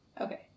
Okay